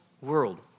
world